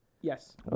Yes